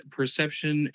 perception